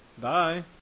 Bye